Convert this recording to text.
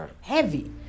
Heavy